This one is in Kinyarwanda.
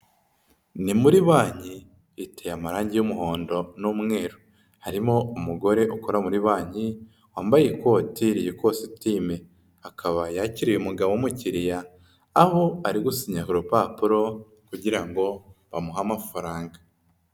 Ni muri banki iteye amarangi y'umuhondo n'umweru. Harimo umugore ukora muri banki, wambaye ikoti ry'ikositimu. Akaba yakiriye umugabo w'umukiriya, aho ari gusinya ku rupapuro kugira ngo bamuhe amafaranga.